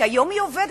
היום היא עובדת,